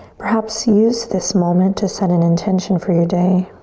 perhaps use this moment to set an intention for your day.